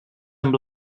amb